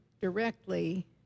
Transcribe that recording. directly